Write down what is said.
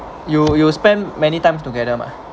you you spend many times together mah